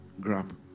grab